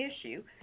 issue